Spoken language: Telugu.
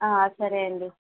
సరే అండీ